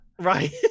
Right